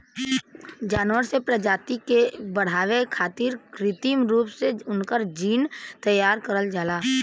जानवर के प्रजाति के बढ़ावे खारित कृत्रिम रूप से उनकर जीन तैयार करल जाला